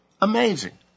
Amazing